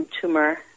tumor